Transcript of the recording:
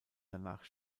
danach